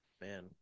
Man